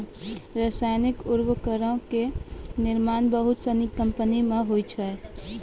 रसायनिक उर्वरको के निर्माण बहुते सिनी कंपनी मे होय छै